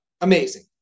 amazing